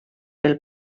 pel